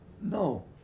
No